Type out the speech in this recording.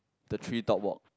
the tree top walk